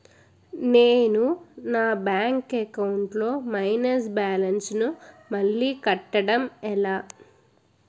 నేను నా bank account లొ మైనస్ బాలన్స్ ను మళ్ళీ కట్టడం ఎలా?